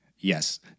Yes